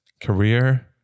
career